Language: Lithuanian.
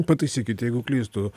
pataisykit jeigu klystu